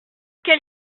quel